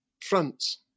fronts